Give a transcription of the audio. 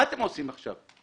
מה אתם עושים עכשיו?